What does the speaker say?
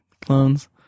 Clones